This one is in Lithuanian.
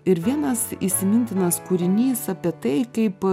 ir vienas įsimintinas kūrinys apie tai kaip